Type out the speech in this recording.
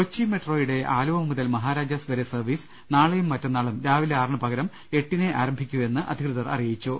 കൊച്ചി മെട്രോയുടെ ആലുവ മുതൽ മഹാരാജാസ് വരെ സർവീസ് നാളെയും മറ്റന്നാളും രാവിലെ ആറിന് പകരം എട്ടിനേ ആരംഭിക്കൂയെന്ന് അധികൃതർ അറിയിച്ചു